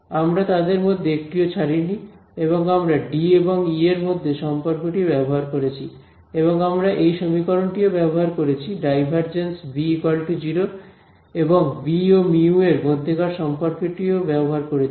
আমরা তাদের মধ্যে একটিও ছাড়িনি এবং আমরা ডি এবং ই এর মধ্যে সম্পর্কটি ব্যবহার করেছি এবং আমরা এই সমীকরণটিও ব্যবহার করেছি ∇B 0 এবং বি ও মিউ এর মধ্যেকার সম্পর্কটিও ব্যবহার করেছি